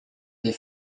des